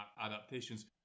adaptations